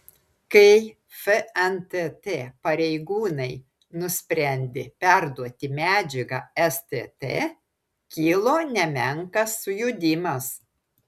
kai fntt pareigūnai nusprendė perduoti medžiagą stt kilo nemenkas sujudimas